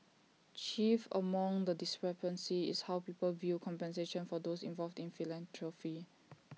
chief among the discrepancies is how people view compensation for those involved in philanthropy